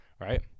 Right